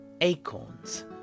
acorns